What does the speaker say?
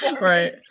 Right